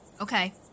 Okay